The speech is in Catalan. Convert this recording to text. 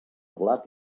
blat